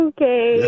Okay